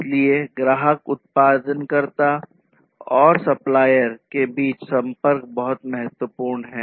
इसलिए ग्राहक उत्पादन करता और सप्लायर के बीच संपर्क बहुत महत्वपूर्ण है